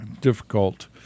difficult